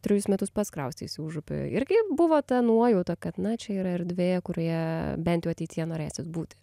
trejus metus pats krausteisi į užupį irgi buvo ta nuojauta kad na čia yra erdvė kurioje bent jau ateityje norėsis būti